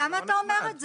למה אתה אומר את זה?